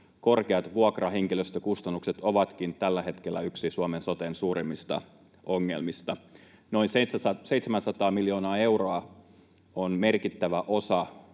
korkeat vuokrahenkilöstökustannukset ovatkin tällä hetkellä yksi Suomen soten suurimmista ongelmista. Noin 700 miljoonaa euroa on merkittävä osa